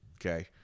okay